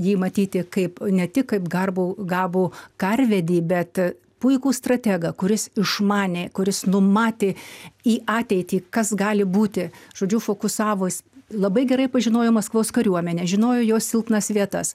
jį matyti kaip ne tik kaip garbų gabų karvedį bet puikų strategą kuris išmanė kuris numatė į ateitį kas gali būti žodžiu fokusavos labai gerai pažinojo maskvos kariuomenę žinojo jos silpnas vietas